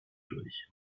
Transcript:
durch